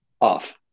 off